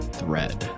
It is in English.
thread